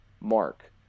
mark